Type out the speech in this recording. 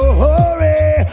hurry